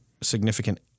significant